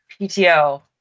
PTO